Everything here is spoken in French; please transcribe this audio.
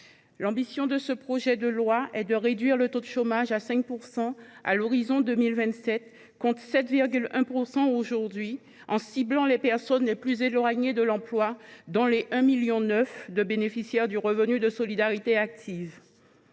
L’ambition de ce projet de loi est de réduire le taux de chômage à 5 % à l’horizon 2027, contre 7,1 % aujourd’hui, en ciblant les personnes les plus éloignées de l’emploi, dont les 1,9 million de bénéficiaires du revenu de solidarité active.